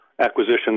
acquisition